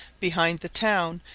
behind the town,